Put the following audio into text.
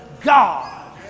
God